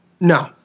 No